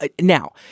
Now